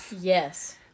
yes